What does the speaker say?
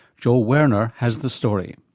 joel werner has the story.